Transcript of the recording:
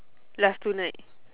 last two night